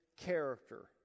character